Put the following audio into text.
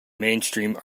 mainstream